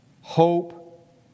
hope